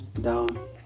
down